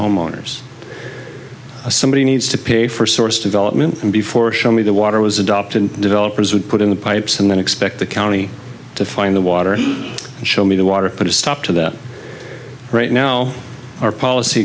homeowners somebody needs to pay for source development and before show me the water was adopted developers would put in the pipes and then expect the county to find the water and show me the water put a stop to that right now our policy